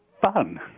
fun